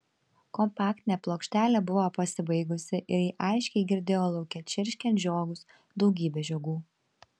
kompaktinė plokštelė buvo pasibaigusi ir ji aiškiai girdėjo lauke čirškiant žiogus daugybę žiogų